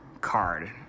card